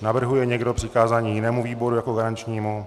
Navrhuje někdo přikázání jinému výboru jako garančnímu?